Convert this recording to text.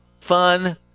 Fun